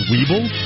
Weeble